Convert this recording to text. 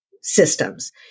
systems